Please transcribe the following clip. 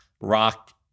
rock